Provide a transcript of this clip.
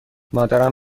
مادرم